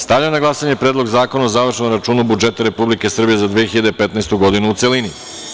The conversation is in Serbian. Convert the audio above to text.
Stavljam na glasanje Predlog zakona o završnom računu budžeta Republike Srbije za 2015. godinu, u celini.